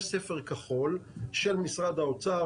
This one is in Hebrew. יש ספר כחול של משרד האוצר,